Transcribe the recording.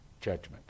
judgment